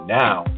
now